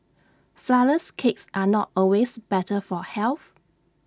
Flourless Cakes are not always better for health